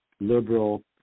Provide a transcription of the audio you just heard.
liberal